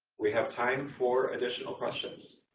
we have time for additional questions.